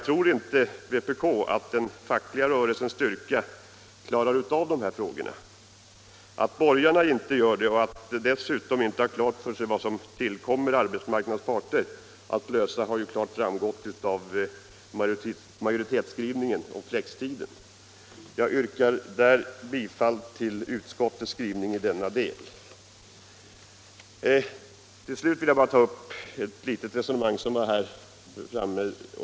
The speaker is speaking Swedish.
Tror inte vpk att den fackliga rörelsens styrka räcker till att klara av dessa frågor? Att borgarna inte gör det och dessutom inte har klart för sig vad som tillkommer arbetsmarknadens parter att lösa har klart framgått av majoritetsskrivningen om flextiden. Jag yrkar bifall till utskottets skrivning i denna del. Till slut vill jag bara ta upp ett litet resonemang.